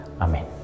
Amen